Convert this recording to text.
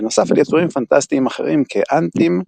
בנוסף על יצורים פנטסטיים אחרים כאנטים,